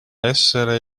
essere